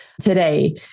today